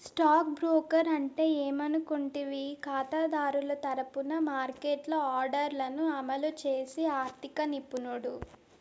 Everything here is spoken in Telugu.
స్టాక్ బ్రోకర్ అంటే ఎవరనుకుంటివి కాతాదారుల తరపున మార్కెట్లో ఆర్డర్లను అమలు చేసి ఆర్థిక నిపుణుడు